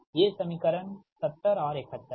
ये समीकरण 70 और 71 हैं